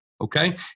okay